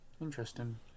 Interesting